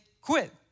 quit